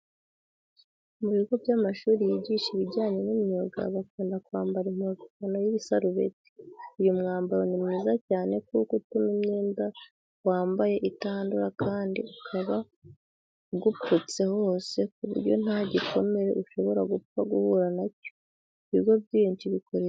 Mu bigo by'amashuri yigisha ibijyanye n'imyuga bakunda kwambara impuzankano y'ibisarubeti. Uyu mwambaro ni mwiza cyane kuko utuma imyenda wambaye itandura kandi ukaba ugupfutse hose ku buryo nta gikomere ushobora gupfa guhura na cyo. Ibigo byinshi bikoresha amasarubeti asa nk'ubururu.